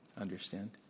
understand